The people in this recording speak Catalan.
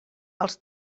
els